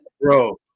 Bro